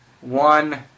one